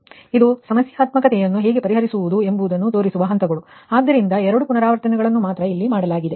ಇವು ಸಮಸ್ಯಾತ್ಮಕತೆಯನ್ನು ಹೇಗೆ ಪರಿಹರಿಸಬಹುದು ಎಂಬುದನ್ನು ತೋರಿಸುವ ಹಂತಗಳು ಆದ್ದರಿಂದ ಎರಡು ಪುನರಾವರ್ತನೆಗಳನ್ನು ಮಾತ್ರ ಮಾಡಲಾಗಿದೆ